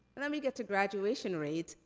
and let me get to graduation rates,